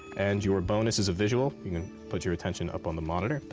and your bonus is a visual. you can put your attention up on the monitor.